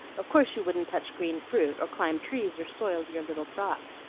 of course you wouldn't touch green fruit, or climb trees, or soil your little frock.